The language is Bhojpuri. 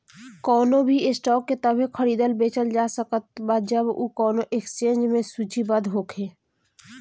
कवनो भी स्टॉक के तबे खरीदल बेचल जा सकत ह जब उ कवनो एक्सचेंज में सूचीबद्ध होखे